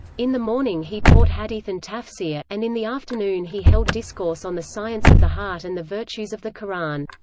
in the morning he taught hadith and tafsir, and in the afternoon he held discourse on the science of the heart and the virtues of the quran.